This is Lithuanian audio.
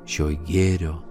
šioj gėrio